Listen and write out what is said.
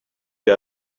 you